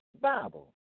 Bible